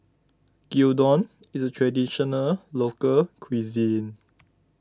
Gyudon is a Traditional Local Cuisine